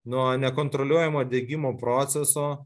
nuo nekontroliuojamo degimų proceso